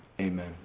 Amen